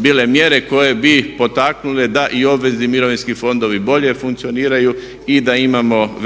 bile mjere koje bi potaknule da i obvezni mirovinski fondovi bolje funkcioniraju i da imamo